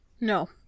No